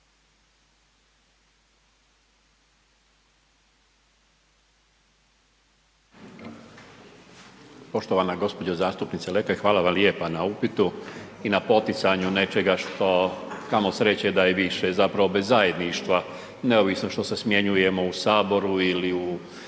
hvala vam lijepa na upitu i na poticanju nečega što kamo sreće da je više, zapravo bez zajedništva neovisno što se smjenjujemo u saboru ili u